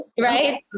Right